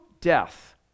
death